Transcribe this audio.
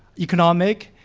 economic,